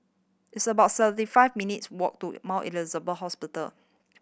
it's about thirty five minutes' walk to Mount Elizabeth Hospital